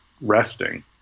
resting